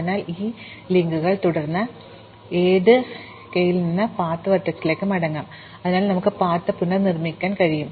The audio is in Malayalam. അതിനാൽ ഈ ലിങ്കുകൾ പിന്തുടർന്ന് നമുക്ക് ഏത് കെയിൽ നിന്നും ഈ പാത്ത് വെർട്ടെക്സിലേക്ക് മടങ്ങാം അതിനാൽ നമുക്ക് പാത്ത് പുനർനിർമ്മിക്കാൻ കഴിയും